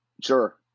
sure